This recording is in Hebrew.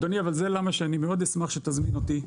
אדוני אבל זו הסיבה שאני מאוד אשמח שתזמין אותי.